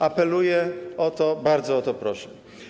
Apeluję o to, bardzo o to proszę.